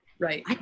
Right